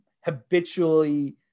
habitually